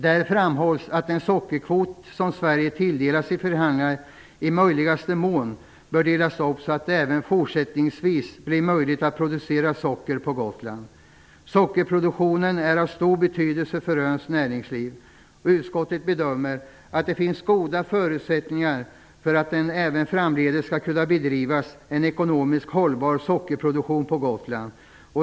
Där framhålls att den sockerkvot som Sverige tilldelats i förhandlingarna i möjligaste mån bör delas upp så att det även fortsättningsvis blir möjligt att producera socker på Gotland. Sockerpoduktionen är av stor betydelse för öns näringsliv. Utskottet bedömer att det finns goda förutsättningar för att det även framdeles skall kunna bedrivas en ekonomiskt hållbar sockerproduktion på Gotland.